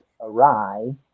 awry